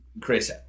Chris